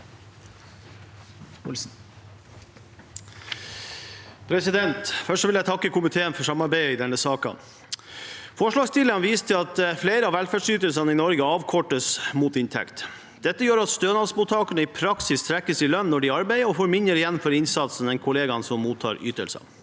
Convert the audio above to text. for saken): Først vil jeg takke komiteen for samarbeidet i denne saken. Forslagsstillerne viser til at flere av velferdsytelsene i Norge avkortes mot inntekt. Dette gjør at stønadsmottakerne i praksis trekkes i lønn når de arbeider, og får mindre igjen for innsatsen enn kollegaene som mottar ytelser.